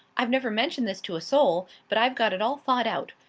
i've never mentioned this to a soul, but i've got it all thought out.